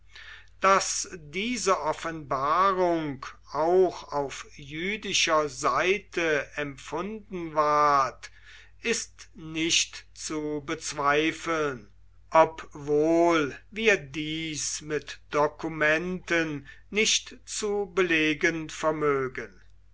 daß diese offenbarung auch auf jüdischer seite empfunden ward ist nicht zu bezweifeln obwohl wir dies mit dokumenten nicht zu belegen vermögen